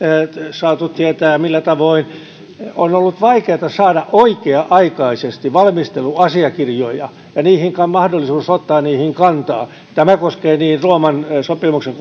saatu tietää millä tavoin on ollut vaikeata saada oikea aikaisesti valmisteluasiakirjoja ja mahdollisuus ottaa niihin kantaa tämä koskee niin rooman sopimuksen